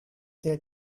their